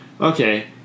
okay